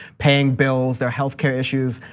paying bills, their health care issues.